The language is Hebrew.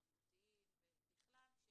התרבותיים ובכלל.